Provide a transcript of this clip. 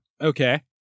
Okay